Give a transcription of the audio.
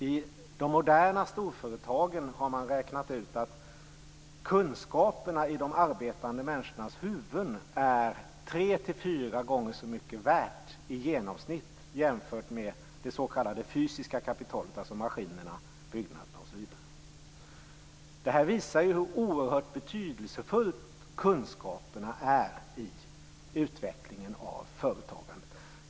I de moderna storföretagen har man räknat ut att kunskaperna i de arbetande människornas huvud är tre-fyra gånger så mycket värda i genomsnitt jämfört med det s.k. fysiska kapitalet, dvs. maskinerna, byggnaderna osv. Det här visar hur oerhört betydelsefullt kunskaperna är i utvecklingen av företagandet.